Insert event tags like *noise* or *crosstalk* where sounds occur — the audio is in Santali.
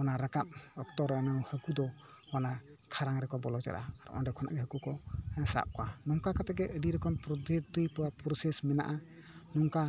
ᱚᱱᱟ ᱨᱟᱠᱟᱵ ᱚᱠᱛᱚ ᱨᱮ ᱦᱟ ᱠᱩ ᱫᱚ ᱚᱱᱟ ᱠᱷᱟᱨᱟᱝ ᱨᱮᱠᱚ ᱵᱚᱞᱚ ᱪᱟᱞᱟᱜᱼᱟ ᱟᱨ ᱚᱸᱰᱮ ᱠᱷᱚᱱᱟᱜ ᱜᱮ ᱦᱟ ᱠᱩ ᱠᱚ ᱥᱟᱵ ᱠᱚᱣᱟ ᱱᱚᱝᱠᱟ ᱠᱟᱛᱮᱜ ᱜᱮ ᱟ ᱰᱤ ᱨᱚᱠᱚᱢ ᱯᱚᱫᱽᱫᱷᱚᱛᱤ *unintelligible* ᱯᱨᱚᱥᱮᱥ ᱢᱮᱱᱟᱜᱼᱟ ᱚᱝᱠᱟ